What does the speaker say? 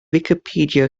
wicipedia